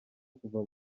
kuva